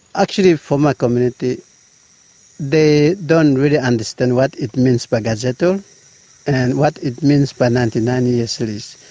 actually for my community they don't really understand what it means by gazettal and what it means by ninety nine years lease.